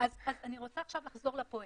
אז אני רוצה עכשיו לחזור לפואנטה.